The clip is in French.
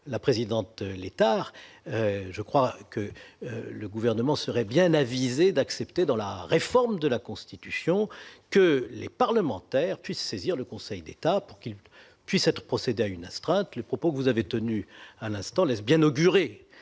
la présidente Valérie Létard, le Gouvernement serait bien avisé d'accepter, dans la réforme de la Constitution, que les parlementaires puissent saisir le Conseil d'État pour que celui-ci décide éventuellement d'une astreinte. Le propos que vous avez tenu à l'instant laisse bien augurer